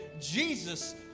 Jesus